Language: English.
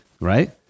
right